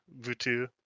Vutu